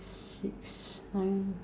three six nine